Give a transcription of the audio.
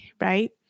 right